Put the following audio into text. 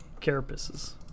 Carapaces